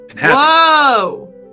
Whoa